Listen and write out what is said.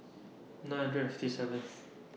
nine hundred and fifty seventh